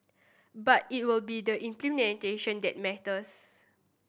but it will be the implementation that matters